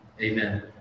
Amen